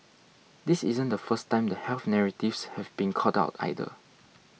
this isn't the first time the health narratives have been called out either